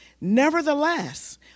Nevertheless